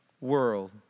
world